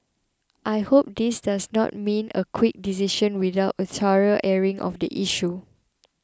I hope this does not mean a quick decision without a thorough airing of the issue